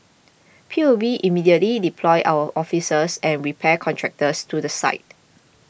P U B immediately deployed our officers and repair contractors to the site